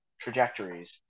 trajectories